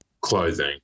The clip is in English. clothing